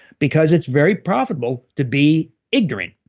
because it's very profitable to be ignorant.